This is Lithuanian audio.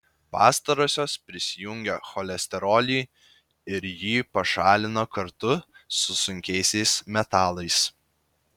pastarosios prisijungia cholesterolį ir jį pašalina kartu su sunkiaisiais metalais